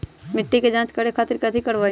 मिट्टी के जाँच करे खातिर कैथी करवाई?